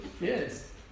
Yes